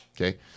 Okay